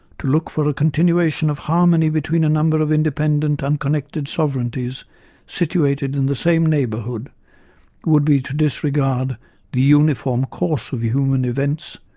to look for a continuation of harmony between a number of independent, unconnected sovereignties situated in the same neighbourhood would be to disregard the uniform course of human events,